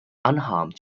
unharmed